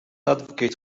advocate